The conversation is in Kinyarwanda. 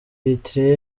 eritrea